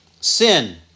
sin